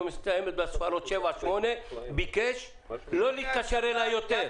מסתיימת בספרות 78 ביקש לא להתקשר אליי יותר.